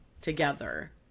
together